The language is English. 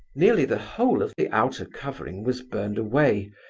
nearly the whole of the outer covering was burned away,